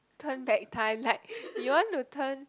turn back time like you want to turn